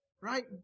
Right